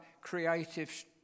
creative